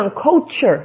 culture